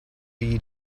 eat